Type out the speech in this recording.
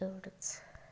एवढंच